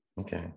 okay